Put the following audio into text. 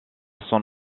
son